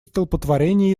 столпотворение